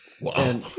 Wow